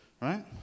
right